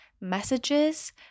messages